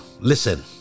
Listen